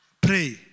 pray